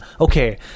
okay